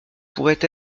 pourraient